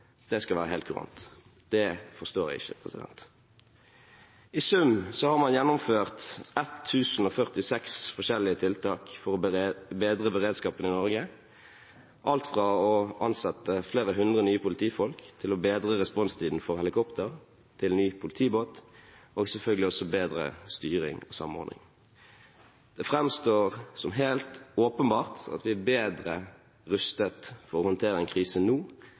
år skal være helt kurant. Det forstår jeg ikke. I sum har man gjennomført 1 046 forskjellige tiltak for å bedre beredskapen i Norge, alt fra å ansette flere hundre nye politifolk til å bedre responstiden for helikopter, få ny politibåt og selvfølgelig også bedre styring og samordning. Det framstår som helt åpenbart at vi er bedre rustet for å håndtere en krise nå